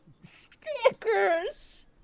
stickers